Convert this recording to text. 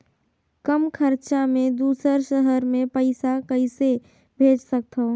कम खरचा मे दुसर शहर मे पईसा कइसे भेज सकथव?